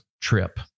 trip